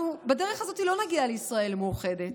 אנחנו בדרך הזאת לא נגיע לישראל מאוחדת.